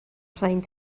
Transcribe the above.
plane